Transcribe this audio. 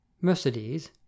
Mercedes